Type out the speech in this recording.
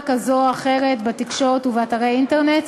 כזו או אחרת בתקשורת ובאתרי אינטרנט.